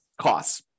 costs